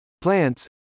plants